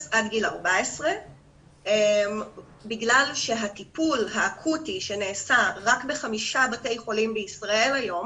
עד גיל 14 בגלל שהטיפול האקוטי שנעשה רק בחמישה בתי חולים בישראל היום